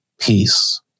peace